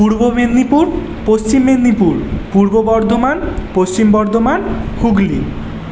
পূর্ব মেদিনীপুর পশ্চিম মেদিনীপুর পূর্ব বর্ধমান পশ্চিম বর্ধমান হুগলি